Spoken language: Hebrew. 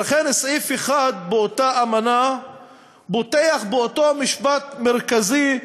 ולכן סעיף 1 באותה אמנה פותח באותו משפט מרכזי: